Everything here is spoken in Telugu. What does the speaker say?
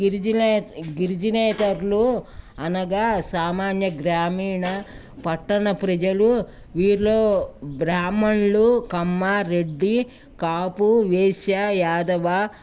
గిరిజనే గిరిజనేతర్లు అనగా సామాన్య గ్రామీణ పట్టణ ప్రజలు వీర్లో బ్రాహ్మణులు కమ్మ రెడ్డి కాపు వైశ్య యాదవ